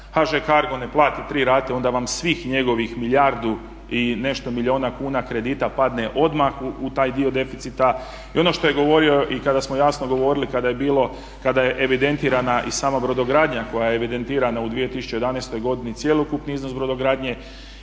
HŽ Cargo ne plati tri rate onda svih njegovih milijardu i nešto milijuna kuna kredita padne odmah u taj dio deficita. I ono što je govorio i kada smo jasno govorili kada je bilo, kada je evidentirana i sama brodogradnja koja je evidentirana u 2011. godini cjelokupni iznos brodogradnje.